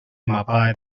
mapa